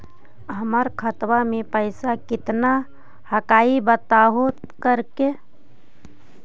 हमर खतवा में पैसा कितना हकाई बताहो करने?